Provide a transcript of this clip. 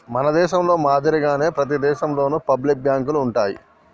మన దేశంలో మాదిరిగానే ప్రతి దేశంలోను పబ్లిక్ బాంకులు ఉంటాయి